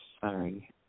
Sorry